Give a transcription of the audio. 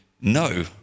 no